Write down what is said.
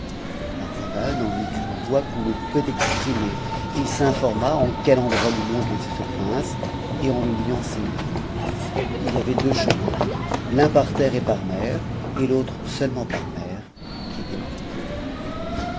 marzavan en eut une joie qu'on ne peut exprimer il s'informa ot ucl endroit du monde était ce prince et on le lui enseigna il y avait jeux chemins l'un par terre et par mer et l'autre seulement par mer ii a t le plus